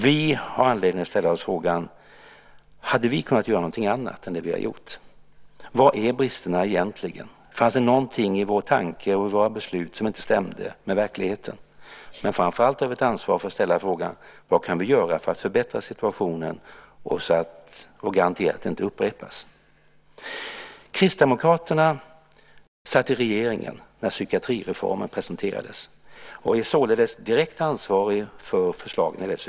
Vi har anledning att ställa oss frågan: Hade vi kunnat göra någonting annat än det vi har gjort? Vilka är bristerna egentligen? Fanns det någonting i vår tanke och i våra beslut som inte stämde med verkligheten? Men framför allt har vi ett ansvar att ställa frågan: Vad kan vi göra för att förbättra situationen och garantera att det inte upprepas? Kristdemokraterna satt i regeringen när psykiatrireformen presenterades och är således direkt ansvariga för förslaget.